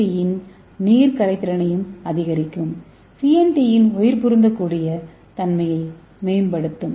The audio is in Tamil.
டி யின் நீர் கரைதிறனையும் அதிகரிக்கும் சிஎன்டியின் உயிர் பொருந்தக்கூடிய தன்மையை மேம்படுத்தும்